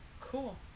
Cool